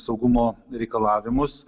saugumo reikalavimus